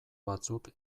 batzuk